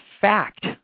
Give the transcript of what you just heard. fact